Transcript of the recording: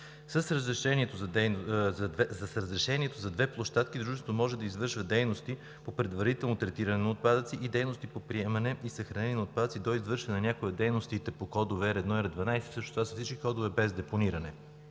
С Разрешението за двете площадки дружеството може да извършва дейности по предварително третиране на отпадъци и дейности по приемане и съхраняване на отпадъци до извършването на някоя от дейностите с кодове от R1 до R12. Всъщност това са всички дейности без депониране.